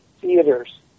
theaters